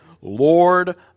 Lord